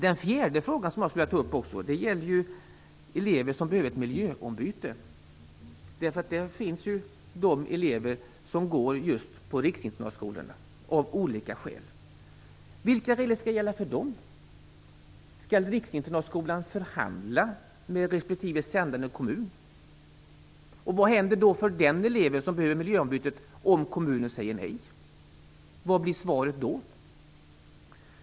Den fjärde frågan gäller elever som behöver ett miljöombyte; eleverna kan ju gå på riksinternatskola av olika skäl. Vilka regler skall gälla för dem? Skall riksinternatskolan förhandla med respektive sändande kommun? Och vad händer då med den elev som behöver miljöombyte om kommunen säger nej? Vad blir svaret då?